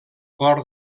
cor